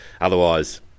otherwise